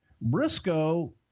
Briscoe